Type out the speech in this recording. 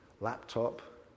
laptop